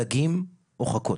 דגים או חכות?